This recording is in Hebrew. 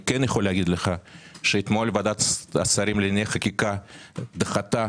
אתמול ועדת השרים לענייני חקיקה דחתה